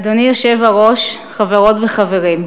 אדוני היושב-ראש, חברות וחברים,